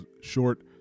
short